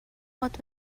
what